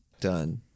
Done